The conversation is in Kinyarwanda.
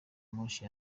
moshi